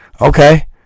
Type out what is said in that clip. Okay